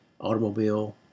automobile